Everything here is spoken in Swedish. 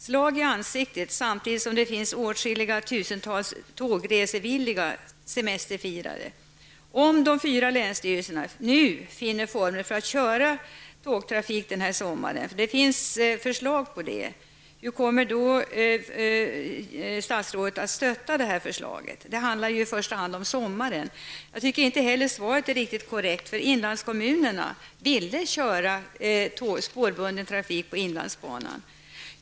Det är ett slag i ansiktet samtidigt som det finns åtskilliga tusentals tågresevilliga semesterfirare. Om de fyra länsstyrelserna nu finner former för att köra tågtrafiken den här sommaren -- och det finns förslag på hur det skulle gå till -- hur kommer då statsrådet att stötta förslaget? Det handlar ju i första hand om sommaren. Jag tycker inte heller att svaret är riktigt korrekt. Inlandskommunerna ville nämligen köra spårbunden trafik på inlandsbanan.